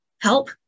help